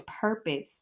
purpose